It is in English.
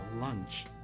lunch